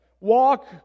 Walk